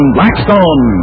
Blackstone